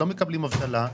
לא מקבלים אבטלה,